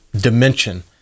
dimension